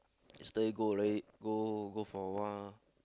yesterday go like go go for a while